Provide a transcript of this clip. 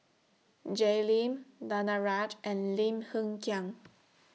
Jay Lim Danaraj and Lim Hng Kiang